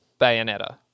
Bayonetta